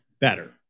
better